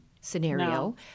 scenario